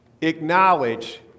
acknowledge